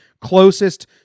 closest